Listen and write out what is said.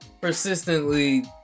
persistently